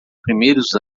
primeiros